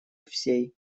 всей